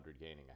gaining